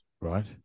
right